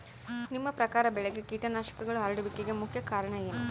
ನಿಮ್ಮ ಪ್ರಕಾರ ಬೆಳೆಗೆ ಕೇಟನಾಶಕಗಳು ಹರಡುವಿಕೆಗೆ ಮುಖ್ಯ ಕಾರಣ ಏನು?